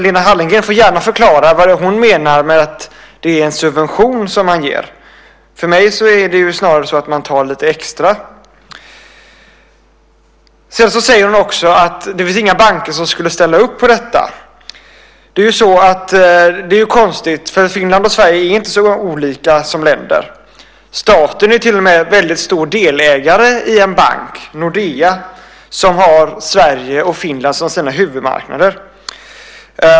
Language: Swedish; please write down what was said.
Lena Hallengren får gärna förklara vad hon menar med att det är en subvention som man ger. För mig är det snarare så att man tar lite extra. Sedan säger hon också att det inte finns några banker som skulle ställa upp på detta. Det är konstigt, för Finland och Sverige är ju inte så olika som länder. Staten är till och med väldigt stor delägare i en bank, Nordea, som har Sverige och Finland som sina huvudmarknader.